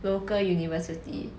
local university